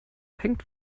hängt